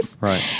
right